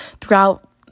throughout